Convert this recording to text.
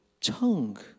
tongue